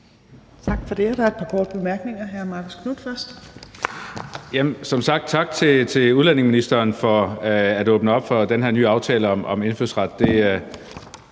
Tak for det. Der er et par korte bemærkninger. Hr. Marcus Knuth først. Kl. 18:14 Marcus Knuth (KF): Som sagt tak til udlændingeministeren for at åbne op for den her nye aftale om indfødsret.